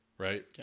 Right